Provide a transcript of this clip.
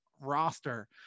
roster